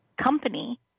company